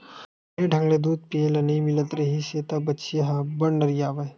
बने ढंग ले दूद पिए ल नइ मिलत रिहिस त बछिया ह अब्बड़ नरियावय